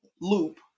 loop